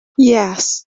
yes